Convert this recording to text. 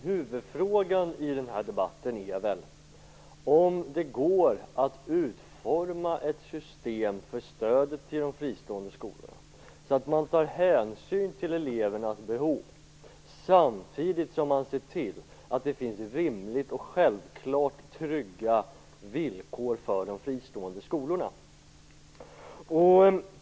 Herr talman! Huvudfrågan i debatten är om ifall det går att utforma ett system för stödet till de fristående skolorna så att man tar hänsyn till elevernas behov samtidigt som man ser till att det finns rimliga och självklara trygga villkor för de fristående skolorna.